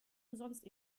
umsonst